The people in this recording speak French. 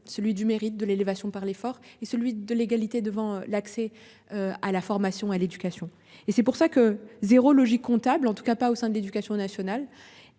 celui du mérite de l'élévation par l'effort et celui de l'égalité devant l'accès. À la formation et l'éducation. Et c'est pour ça que 0 logique comptable, en tout cas pas au sein de l'Éducation nationale.